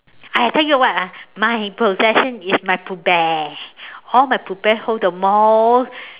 I tell you what ah my possession is my pooh bear all my pooh bear hold the most